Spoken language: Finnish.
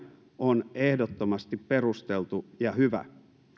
on ehdottomasti perusteltu ja hyvä